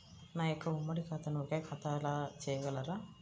నా యొక్క ఉమ్మడి ఖాతాను ఒకే ఖాతాగా చేయగలరా?